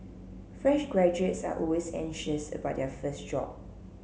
fresh graduates are always anxious about their first job